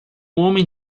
homem